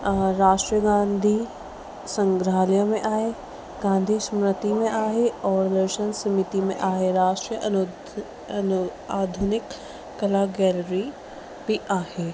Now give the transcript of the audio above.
अ राष्ट्र गांधी संग्रहालय में आहे गांधी स्मृति में आहे और नेशनल स्मृति में आहे राष्ट्रीय अनु अनु आधुनिक कला गैलेरी बि आहे